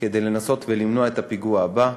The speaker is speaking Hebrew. כדי לנסות ולמנוע את הפיגוע הבא,